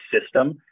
system